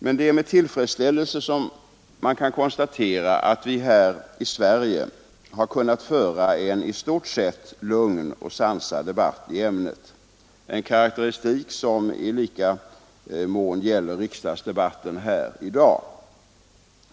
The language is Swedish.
Det är därför med tillfredsställelse jag konstaterar att vi här i Sverige har kunnat föra en i stort sett lugn och sansad debatt i ämnet — en karakteristik som i lika mån gäller riksdagsdebatten i dag.